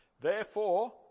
Therefore